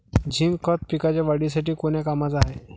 Zinc खत पिकाच्या वाढीसाठी कोन्या कामाचं हाये?